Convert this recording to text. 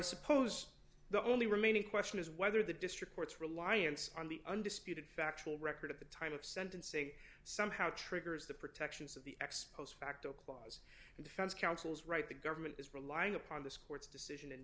suppose the only remaining question is whether the district court's reliance on the undisputed factual record at the time of sentencing somehow triggers the protections of the ex post facto clause and defense counsel's right the government is relying upon this court's decision